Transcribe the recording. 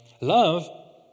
Love